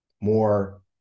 More